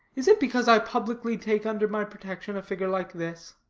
is it because i publicly take under my protection a figure like this?